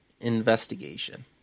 investigation